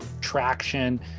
traction